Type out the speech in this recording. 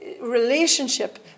relationship